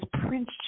Prince